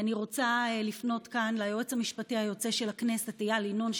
אני רוצה לפנות כאן ליועץ המשפטי של הכנסת איל ינון,